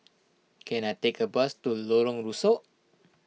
can I take a bus to Lorong Rusuk